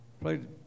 played